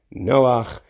Noach